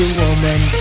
woman